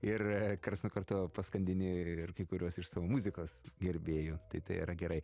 ir karts nuo karto paskandini ir kai kuriuos iš savo muzikos gerbėjų tai tai yra gerai